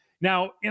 Now